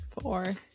Four